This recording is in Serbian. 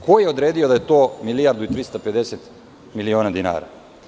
Ko je odredio da je to milijardu i 350miliona dinara?